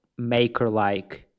maker-like